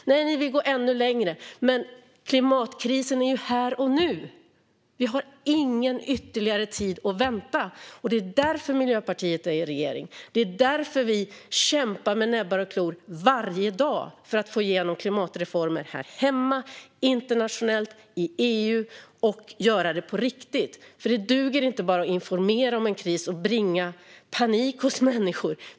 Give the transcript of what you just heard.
Ni vill gå ännu längre. Men klimatkrisen är ju här och nu! Vi har inte tid att vänta ytterligare, och det är därför Miljöpartiet sitter i regeringen. Det är därför vi kämpar med näbbar och klor varje dag för att få igenom klimatreformer här hemma, internationellt och i EU - och göra det på riktigt. Det duger inte bara att informera om en kris och bringa panik till människor.